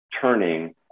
turning